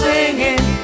Singing